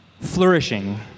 flourishing